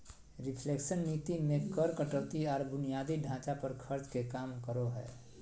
reflation नीति मे कर कटौती आर बुनियादी ढांचा पर खर्च के काम करो हय